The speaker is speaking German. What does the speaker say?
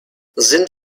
sind